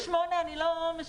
פחות מ-8 שקלים אני לא משלמת.